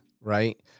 right